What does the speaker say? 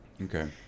Okay